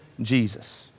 Jesus